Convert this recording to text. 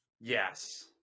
Yes